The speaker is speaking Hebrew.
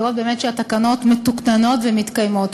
לראות באמת שהתקנות מתוקננות ומתקיימות.